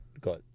got